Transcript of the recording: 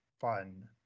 fun